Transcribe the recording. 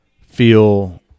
feel